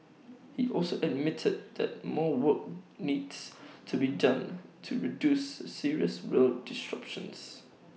he also admitted that more work needs to be done to reduce serious rail disruptions